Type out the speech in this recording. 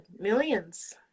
millions